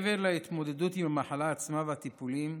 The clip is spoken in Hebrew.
מעבר להתמודדות עם המחלה עצמה והטיפולים,